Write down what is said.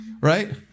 right